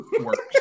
works